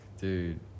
Dude